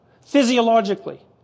physiologically